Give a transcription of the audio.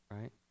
right